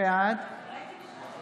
בעד שרן